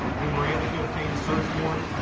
we were able to obtain a search warrant